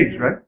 right